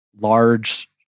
large